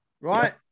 right